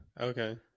okay